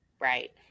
Right